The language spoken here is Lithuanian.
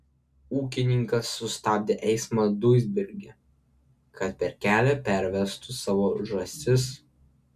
ūkininkas sustabdė eismą duisburge kad per kelia pervestų savo žąsis